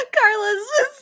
Carlos